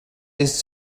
ist